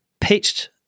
pitched